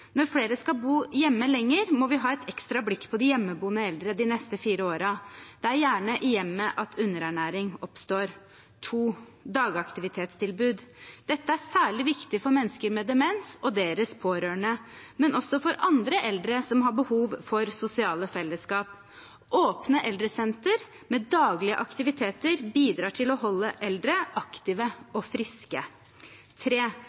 Når flere skal bo hjemme lenger, må vi ha et ekstra blikk på de hjemmeboende eldre de neste fire årene. Det er gjerne i hjemmet at underernæring oppstår. Dagaktivitetstilbud: Dette er særlig viktig for mennesker med demens og deres pårørende, men også for andre eldre som har behov for sosiale fellesskap. Åpne eldresentre med daglige aktiviteter bidrar til å holde eldre aktive